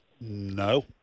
No